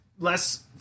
less